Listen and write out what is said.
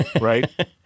right